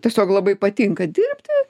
tiesiog labai patinka dirbti